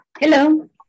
Hello